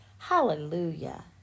Hallelujah